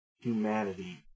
humanity